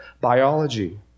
Biology